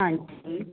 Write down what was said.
ਹਾਂਜੀ